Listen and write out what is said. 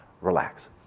Relax